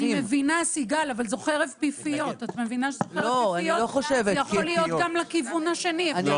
אני מבינה שאתם לא נותנים לכל ילד שמקבל קצבת ילד